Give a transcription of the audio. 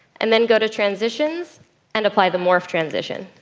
and then go to transitions and apply the morph transition.